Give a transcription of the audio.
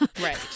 Right